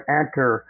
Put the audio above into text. enter